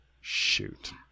Shoot